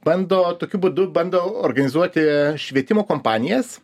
bando tokiu būdu bando organizuoti švietimo kompanijas